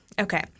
Okay